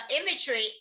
imagery